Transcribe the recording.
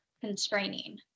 constraining